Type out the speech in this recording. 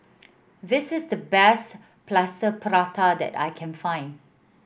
this is the best Plaster Prata that I can find